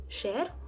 share